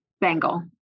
Bangle